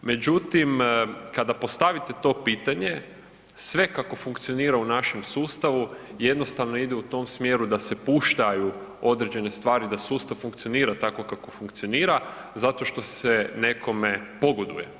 Međutim, kada postavite to pitanje, sve kako funkcionira u našem sustavu, jednostavno ide u tom smjeru da se puštaju određene stvari da sustav funkcionira tako kako funkcionira zato što se nekome pogoduje.